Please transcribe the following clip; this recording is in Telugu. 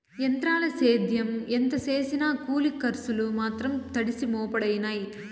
ఎంత్రాల సేద్యం ఎంత సేసినా కూలి కర్సులు మాత్రం తడిసి మోపుడయినాయి